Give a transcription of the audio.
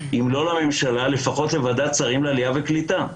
אם לא לממשלה, לפחות לוועדת שרים לעלייה וקליטה,